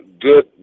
good